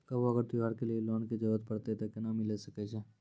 कभो अगर त्योहार के लिए लोन के जरूरत परतै तऽ केना मिल सकै छै?